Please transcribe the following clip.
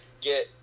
get